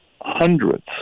hundreds